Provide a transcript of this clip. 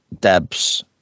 Deb's